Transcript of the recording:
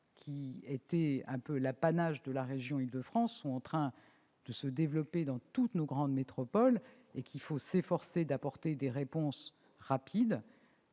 qui étaient l'apanage de la région d'Île-de-France, sont en train de se développer dans toutes nos grandes métropoles. Il faut donc s'efforcer d'apporter des réponses rapides,